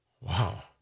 Wow